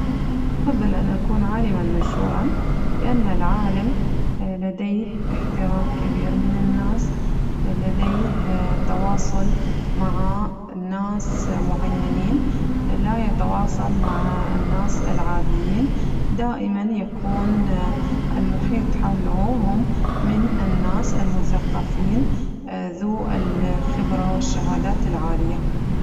أفضل أن أكون عالماً مشهوراً لأن العالم لديه احترام كبير من الناس لديه تواصل مع ناس معينين لا يتواصل مع الناس العاديين دائماً يكون المحيط حوله من الناس المثقفين ذو الخبرة والشهادات العالية.